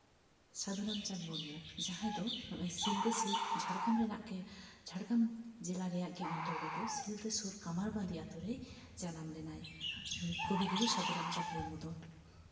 ᱥᱟᱹᱫᱷᱩ ᱨᱟᱢᱪᱟᱸᱫᱽ ᱢᱩᱨᱢᱩ ᱡᱟᱦᱟᱸᱭ ᱫᱚ ᱥᱤᱞᱫᱟᱹ ᱥᱩᱨ ᱡᱷᱟᱲᱜᱨᱟᱢ ᱨᱮᱱᱟᱜ ᱜᱮ ᱡᱷᱟᱲᱜᱨᱟᱢ ᱡᱮᱞᱟ ᱨᱮᱭᱟᱜ ᱜᱮ ᱚᱱᱛᱚᱨᱜᱚᱛᱚ ᱥᱤᱞᱫᱟᱹ ᱥᱩᱨ ᱠᱟᱢᱟᱨᱵᱟᱺᱫᱤ ᱟᱛᱳ ᱨᱮᱭ ᱡᱟᱱᱟᱢ ᱞᱮᱱᱟᱭ ᱠᱚᱵᱤᱜᱩᱨᱩ ᱥᱟᱹᱫᱷᱩ ᱨᱟᱢᱪᱟᱸᱫᱽ ᱢᱩᱨᱢᱩ ᱫᱚ